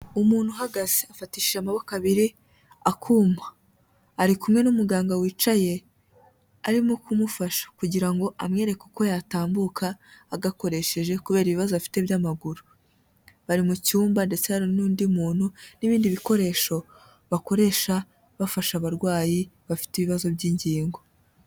Umuntu uhagaze afatishije amaboko abiri akuma, ari kumwe n'umuganga wicaye arimo kumufasha kugira ngo amwereke uko yatambuka agakoresheje kubera ibibazo afite by'amaguru, bari mu cyumba ndetse hari n'undi muntu n'ibindi bikoresho bakoresha bafasha abarwayi bafite ibibazo by'ingingo.